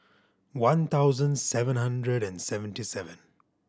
one thousand seven hundred and seventy seven